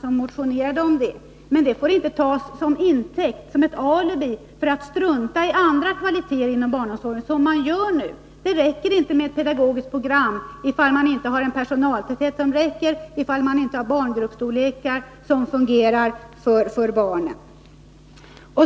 som motionerade om det. Men detta får inte tas till intäkt eller alibi för att strunta i andra kvaliteter inom barnomsorgen, som man gör nu. Det räcker inte med ett pedagogiskt program, ifall man inte har en personaltäthet som är tillräcklig och ifall man inte har barngruppsstorlekar som fungerar för barnen.